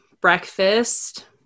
breakfast